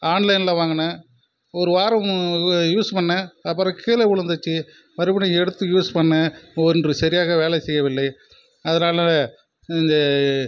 ஆன்லைனில் வாங்குனன் ஒரு வாரமு யூஸ் பண்ண அப்புறோம் கீழே விழுந்துச்சி மறுபுடியும் எடுத்து யூஸ் பண்ணேன் ஒன்று சரியாக வேலை செய்யவில்லை அதனால் இந்த